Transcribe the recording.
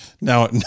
Now